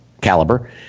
caliber